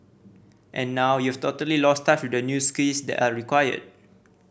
and now you've totally lost touch with the new skills that are required